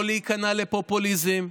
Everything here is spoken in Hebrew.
לא להיכנע לפופוליזם.